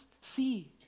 see